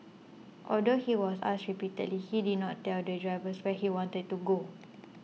although he was asked repeatedly he did not tell the driver where he wanted to go